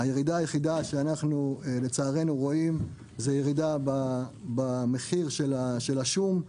הירידה היחידה שאנחנו לצערנו רואים זו ירידה במחיר של השום,